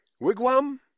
Wigwam